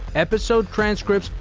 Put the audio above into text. episode transcripts,